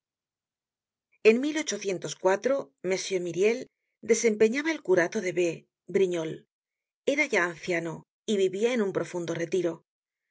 en m myriel desempeñaba el curato de b brignolles era ya anciano y vivia en un profundo retiro